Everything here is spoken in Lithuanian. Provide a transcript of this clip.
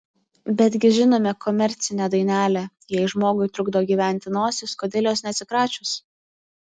betgi žinome komercinę dainelę jei žmogui trukdo gyventi nosis kodėl jos neatsikračius